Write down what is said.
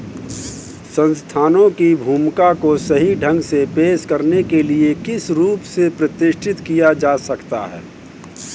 संस्थानों की भूमिका को सही ढंग से पेश करने के लिए किस रूप से प्रतिष्ठित किया जा सकता है?